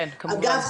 אגב,